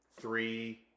three